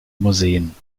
museen